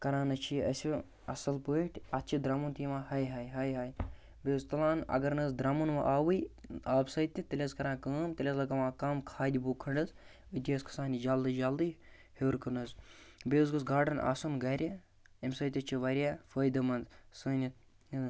کَران حظ چھِ یہِ اَسہِ اَصٕل پٲٹھۍ اَتھ چھِ درٛمُن تہِ یِوان ہاے ہاے ہاے ہاے بیٚیہِ حظ تُلان اگر نہٕ حظ درٛمُن وۄنۍ آوٕے آبہٕ سۭتۍ تہِ تیٚلہِ حظ کَران کٲم تیٚلہِ حظ لَگاوان کَم کھادِ بوٗکھ کھنٛڈ حظ أتی حظ کھَسان یہِ جلدی جلدی ہیوٚر کُن حظ بیٚیہِ حظ گوٚژھ گارڈَن آسُن گَرِ اَمہِ سۭتۍ حظ چھِ واریاہ فٲیِدٕ منٛد سانہِ یہِ